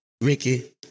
Ricky